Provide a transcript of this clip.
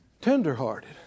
Tender-hearted